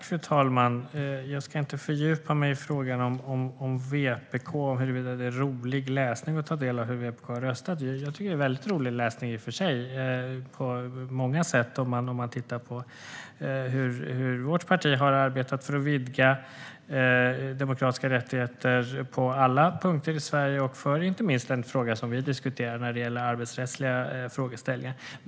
Fru talman! Jag ska inte fördjupa mig i frågan om huruvida det är rolig läsning att ta del av hur VPK har röstat. Jag tycker i och för sig att det är rolig läsning på många sätt, om man tittar på hur vårt parti har arbetat för att vidga demokratiska rättigheter på alla punkter i Sverige, inte minst när det gäller arbetsrättsliga frågeställningar.